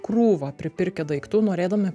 krūvą pripirkę daiktų norėdami